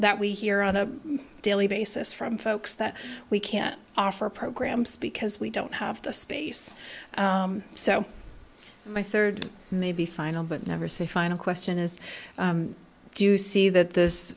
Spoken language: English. that we hear on a daily basis from folks that we can offer programs because we don't have the space so my third maybe final but never say final question is do you see that this